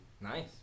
Nice